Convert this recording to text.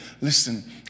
listen